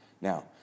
Now